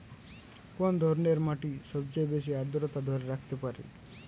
কোন ধরনের মাটি সবচেয়ে বেশি আর্দ্রতা ধরে রাখতে পারে?